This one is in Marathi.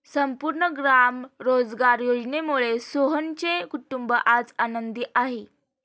संपूर्ण ग्राम रोजगार योजनेमुळे सोहनचे कुटुंब आज आनंदी आहे